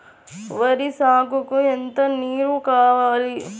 వరి సాగుకు ఎంత నీరు కావాలి?